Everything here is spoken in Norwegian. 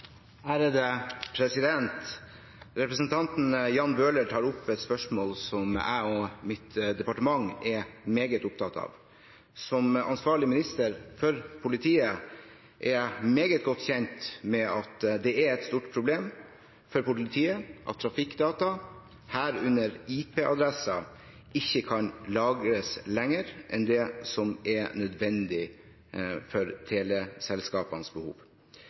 Representanten Jan Bøhler tar opp et spørsmål jeg og mitt departement er meget opptatt av. Som ansvarlig minister for politiet er jeg meget godt kjent med at det er et stort problem for politiet at trafikkdata, herunder IP-adresser, ikke kan lagres lenger enn det som er nødvendig for teleselskapenes behov.